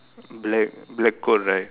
black black coat right